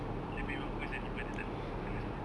lebih bagus daripada tak ada apa apa terus